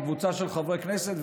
עם קבוצה של חברי כנסת.